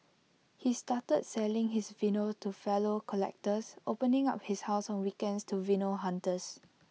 he started selling his vinyls to fellow collectors opening up his house on weekends to vinyl hunters